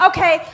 Okay